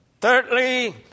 Thirdly